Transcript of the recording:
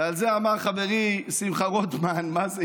ועל זה אמר חברי שמחה רוטמן: מה זה,